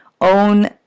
own